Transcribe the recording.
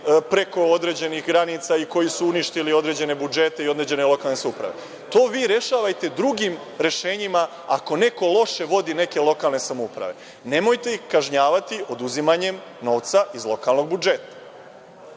preko određenih granica i koji su uništili određene budžete i određene lokalne samouprave. To vi rešavajte drugim rešenjima, ako neko loše vodi neke lokalne samouprave. Nemojte ih kažnjavati oduzimanjem novca iz lokalnog budžeta.